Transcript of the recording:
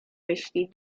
myśli